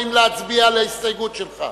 האם להצביע על ההסתייגות שלך?